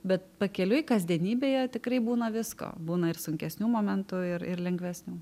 bet pakeliui kasdienybėje tikrai būna visko būna ir sunkesnių momentų ir ir lengvesnių